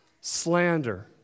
Slander